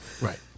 Right